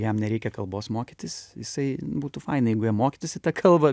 jam nereikia kalbos mokytis jisai būtų faina jeigu jie mokytųsi tą kalbą